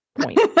point